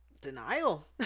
denial